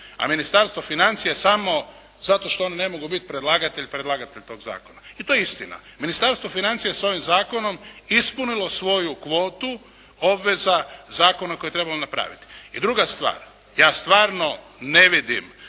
A Ministarstvo financija je samo zato što oni ne mogu biti predlagatelji predlagatelj tog zakona. I to je istina. Ministarstvo financija je s ovim zakonom ispunilo svoju kvotu obveza zakona koje je trebalo napraviti. I druga stvar, ja stvarno ne vidim